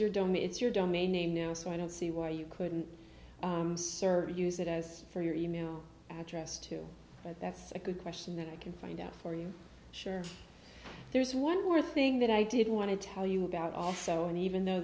your domain it's your domain name now so i don't see why you couldn't use it as for your e mail address too but that's a good question that i can find out for you sure there's one more thing that i didn't want to tell you about also and even though